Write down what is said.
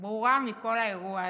ברורה מכל האירוע הזה: